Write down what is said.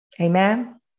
Amen